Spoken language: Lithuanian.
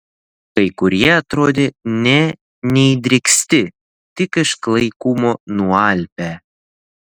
kai kurie atrodė nė neįdrėksti tik iš klaikumo nualpę